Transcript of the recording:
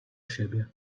siebie